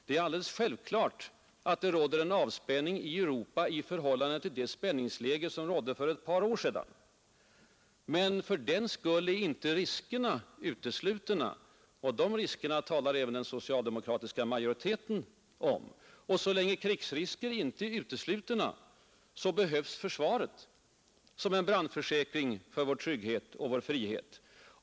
Det är alldeles självklart att det råder en avspänning i Europa i förhållande till det spänningsläge som rådde för ett par år sedan. Men fördenskull är inte krigsriskerna uteslutna — och det talar även den socialdemokratiska majoriteten om. Så länge krigsrisker inte är uteslutna behövs försvaret som en brandförsäkring för vår trygghet och vår frihet.